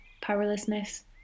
powerlessness